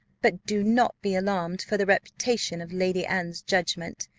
but do not be alarmed for the reputation of lady anne's judgment.